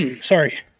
Sorry